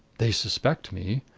they suspect me.